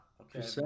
Okay